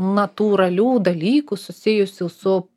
natūralių dalykų susijusių su